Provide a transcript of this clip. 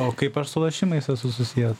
o kaip aš su lošimais esu susijęs